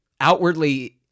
outwardly